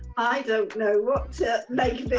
i done know what to make